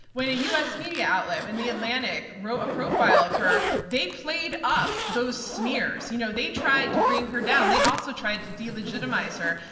when a us media outlet, the atlantic, wrote a profile of her, they played up those smears. you know they tried to bring her down. they also tried to delegitimize her.